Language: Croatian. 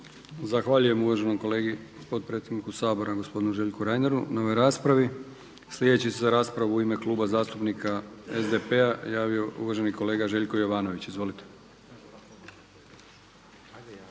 Zahvaljujem uvaženom kolegi potpredsjedniku Sabora gospodinu Željku Reineru na ovoj raspravi. Sljedeći se za raspravu u ime Kluba zastupnika SDP-a javio uvaženi kolega Željko Jovanović. Izvolite.